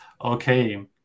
Okay